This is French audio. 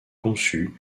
conçus